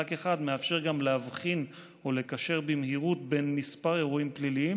אחד מאפשר גם לקשר במהירות בין כמה אירועים פליליים